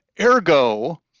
Ergo